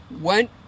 went